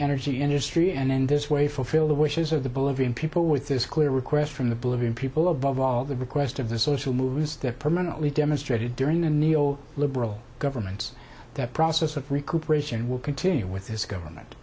energy industry and in this way fulfill the wishes of the bolivian people with this clear request from the bolivian people above all the request of the social moves that permanently demonstrated during the neo liberal government that process of recuperation will continue with this government